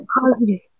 positive